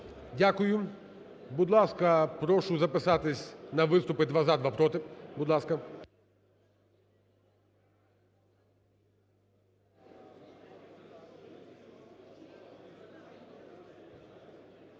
Дякую. Будь ласка, прошу записатись на виступи: два - за, два - проти. Будь ласка.